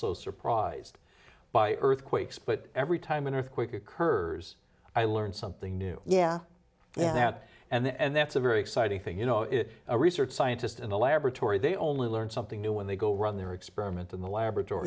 so surprised by earthquakes but every time an earthquake occurs i learn something new yeah yeah that and that's a very exciting thing you know is a research scientist in a laboratory they only learn something new when they go run their experiment in the laboratory